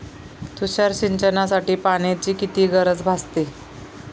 तुषार सिंचनासाठी पाण्याची किती गरज भासते?